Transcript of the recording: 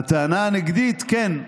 הטענה הנגדית, כן,